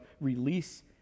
release